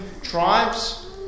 tribes